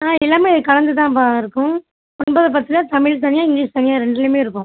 ஆ எல்லாமே கலந்து தான்ப்பா இருக்கும் ஒன்பது பத்தில் தமிழ் தனியாக இங்கிலிஷ் தனியாக ரெண்டுலையுமே இருக்கும்